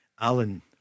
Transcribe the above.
Alan